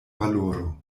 valoro